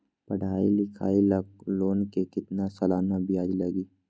पढाई लिखाई ला लोन के कितना सालाना ब्याज लगी?